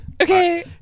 Okay